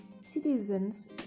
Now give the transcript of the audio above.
citizens